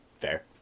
Fair